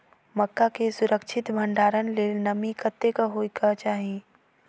मक्का केँ सुरक्षित भण्डारण लेल नमी कतेक होइ कऽ चाहि?